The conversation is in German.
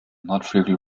nordflügel